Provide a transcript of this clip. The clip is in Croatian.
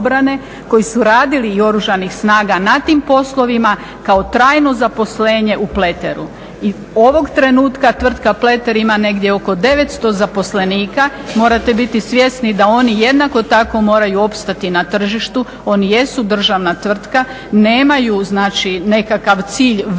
koji su radili i Oružanih snaga na tim poslovima kao trajno zaposlenje u Pleteru. I ovog trenutka tvrtka Pleter ima negdje oko 900 zaposlenika. Morate biti svjesni da oni jednako tako moraju opstati na tržištu. Oni jesu državna tvrtka. Nemaju znači nekakav cilj velikog